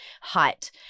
height